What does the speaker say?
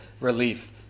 relief